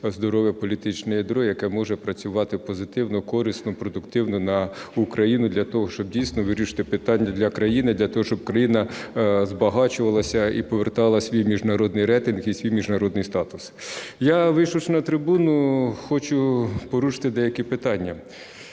здорове політичне ядро, яке може працювати позитивно, корисно, продуктивно на Україну для того, щоб дійсно вирішувати питання для країни, для того, щоб країна збагачувалася і повертала свій міжнародний рейтинг і свій міжнародний статус. Я, вийшовши на трибуну, хочу порушити деякі питання